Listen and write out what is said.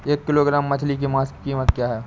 एक किलोग्राम मछली के मांस की कीमत क्या है?